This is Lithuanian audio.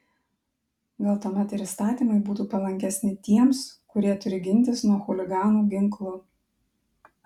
gal tuomet ir įstatymai būtų palankesni tiems kurie turi gintis nuo chuliganų ginklu